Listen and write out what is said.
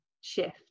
shift